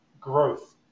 growth